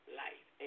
life